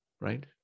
right